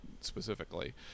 specifically